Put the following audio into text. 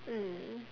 mm